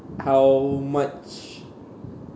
how much